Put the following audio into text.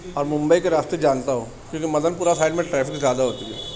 اور ممبئی کے راستے جانتا ہو کیونکہ مدن پورہ سائڈ میں ٹریفک زیادہ ہوتی ہے